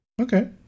Okay